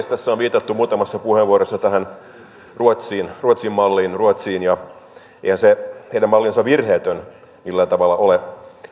tässä on viitattu muutamassa puheenvuorossa tähän ruotsin malliin ruotsiin ja eihän se heidän mallinsa virheetön millään tavalla ole